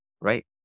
right